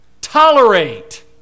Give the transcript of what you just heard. Tolerate